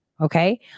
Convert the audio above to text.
Okay